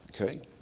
Okay